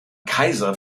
kaiser